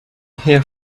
here